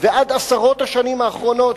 ועד עשרות השנים האחרונות,